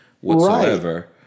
whatsoever